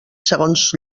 segons